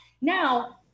Now